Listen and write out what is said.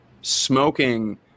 smoking